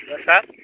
hello sir